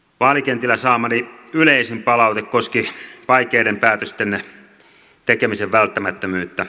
vaalikentillä saamani yleisin palaute koski vaikeiden päätösten tekemisen välttämättömyyttä